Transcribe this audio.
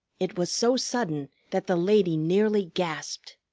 it was so sudden that the lady nearly gasped.